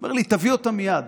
הוא אומר לי: תביא אותה מייד.